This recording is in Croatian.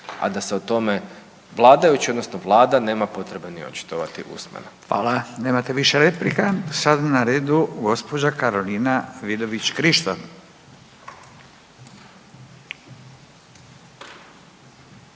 a da se o tome vladajući odnosno vlada nema potrebe ni očitovati usmeno. **Radin, Furio (Nezavisni)** Hvala, nemate više replika. Sada je na redu gospođa Karolina Vidović Krišto.